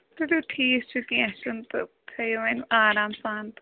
تُلِو ٹھیٖک چھُ کیٚنٛہہ چھُنہٕ تہٕ تھٲیِو وۄنۍ آرام سان تہٕ